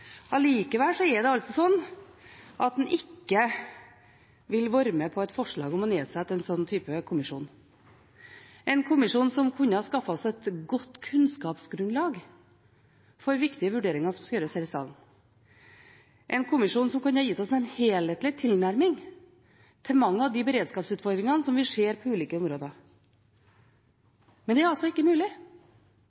er det altså slik at en ikke vil være med på et forslag om å nedsette en slik type kommisjon – en kommisjon som kunne ha skaffet oss et godt kunnskapsgrunnlag for viktige vurderinger som skal gjøres her i salen, en kommisjon som kunne ha gitt oss en helhetlig tilnærming til mange av de beredskapsutfordringene som vi ser på ulike områder.